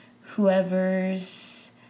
whoever's